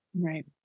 Right